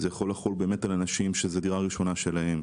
זה יכול לחול על אנשים שזאת הדירה הראשונה שלהם.